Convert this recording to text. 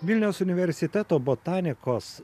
vilniaus universiteto botanikos